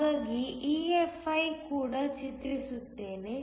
ಹಾಗಾಗಿ EFi ಕೂಡ ಚಿತ್ರಿಸುತ್ತೇನೆ